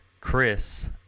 Chris